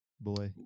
Boy